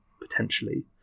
potentially